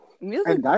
music